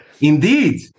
Indeed